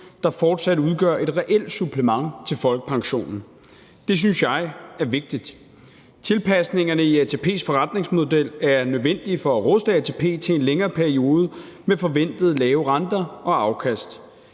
der fortsat udgør et reelt supplement til folkepensionen. Det synes jeg er vigtigt. Tilpasningerne i ATP's forretningsmodel er nødvendige for at ruste ATP til en længere periode med forventede lave renter og afkast.